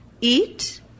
Eat